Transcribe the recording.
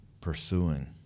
pursuing